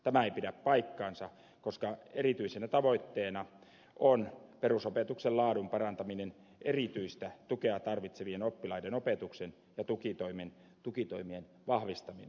tämä ei pidä paikkaansa koska erityisenä tavoitteena on perusopetuksen laadun parantaminen erityistä tukea tarvitsevien oppilaiden opetuksen ja tukitoimien vahvistaminen